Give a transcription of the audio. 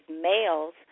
males